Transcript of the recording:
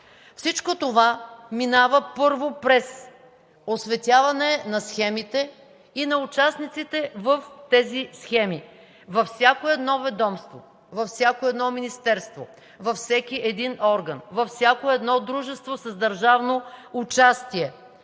Всичко това минава първо през осветяване на схемите и на участниците в тези схеми. Във всяко едно ведомство, във всяко едно министерство, във всеки един орган, във всяко едно дружество с държавно участие